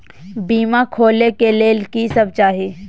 बीमा खोले के लेल की सब चाही?